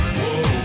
Whoa